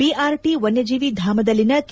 BRT ವನ್ನಜೀವಿ ಧಾಮದಲ್ಲಿನ K